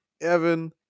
Evan